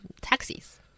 taxis